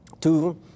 Two